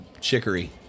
chicory